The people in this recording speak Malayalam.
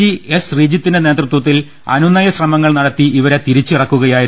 ജി എസ് ശ്രീജിത്തിന്റെ നേതൃത്വത്തിൽ അനുനയ ശ്രമ ങ്ങൾ നടത്തി ഇവരെ തിരിച്ചിറക്കുകയായിരുന്നു